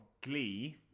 Glee